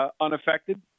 unaffected